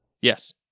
Yes